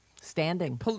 standing